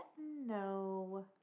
No